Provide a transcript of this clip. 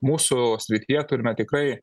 mūsų srityje turime tikrai